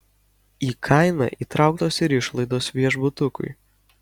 į kainą įtrauktos ir išlaidos viešbutukui